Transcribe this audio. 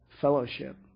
fellowship